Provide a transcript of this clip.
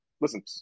listen